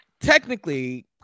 technically